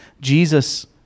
Jesus